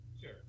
Sure